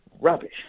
rubbish